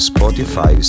Spotify